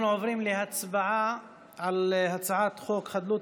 אנחנו עוברים להצבעה על הצעת חוק חדלות